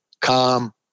calm